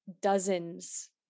dozens